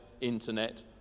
internet